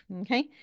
Okay